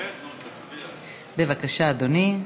בבקשה, אדוני.